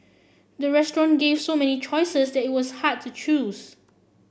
the restaurant gave so many choices that it was hard to choose